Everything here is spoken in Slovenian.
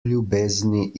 ljubezni